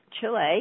Chile